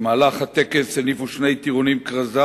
במהלך הטקס הניפו שני טירונים כרזה